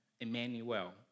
Emmanuel